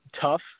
tough